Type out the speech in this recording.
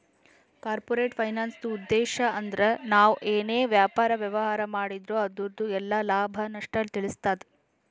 corporate ಫೈನಾನ್ಸ್ದುಉದ್ಧೇಶ್ ಅಂದ್ರ ನಾವ್ ಏನೇ ವ್ಯಾಪಾರ, ವ್ಯವಹಾರ್ ಮಾಡಿದ್ರು ಅದುರ್ದು ಎಲ್ಲಾ ಲಾಭ, ನಷ್ಟ ತಿಳಸ್ತಾದ